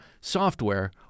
software